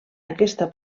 aquesta